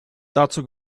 dazu